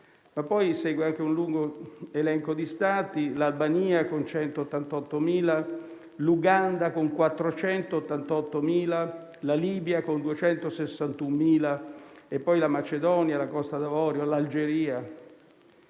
Poi segue un lungo elenco di Stati: l'Albania con 188.000 dosi, l'Uganda con 488.000, la Libia con 261.000, poi la Macedonia, la Costa d'Avorio, l'Algeria.